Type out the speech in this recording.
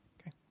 Okay